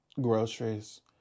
groceries